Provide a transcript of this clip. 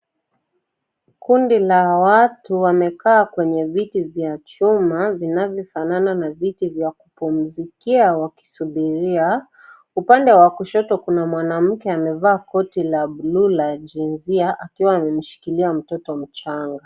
Kundi la watu wamekaa kwenye viti vya chuma vinavyofanana na viti vya kupumzikia wakisubiria. Upande wa kushoto kuna mwanamke amevaa koti la buluu la jinsi akiwa amemshikilia mtoto mchanga.